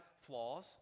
flaws